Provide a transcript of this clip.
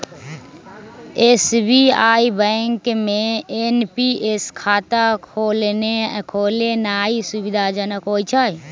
SBI bank में NPS खता खोलेनाइ सुविधाजनक होइ छइ